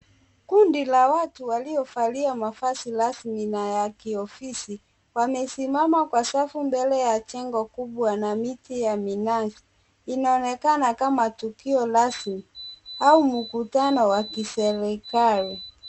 Kundi la watu waliovalia mavazi rasmi na ya kiofisi wamesimama kwa safu mbele ya jengo kubwa na miti ya minazi. Inaonekana kama tukio rasmi au mkutano wa kiserekali.